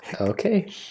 Okay